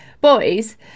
boys